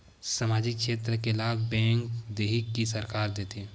सामाजिक क्षेत्र के लाभ बैंक देही कि सरकार देथे?